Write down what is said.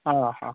ആ ഹാ